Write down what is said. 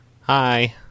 Hi